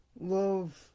love